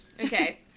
Okay